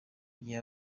gihe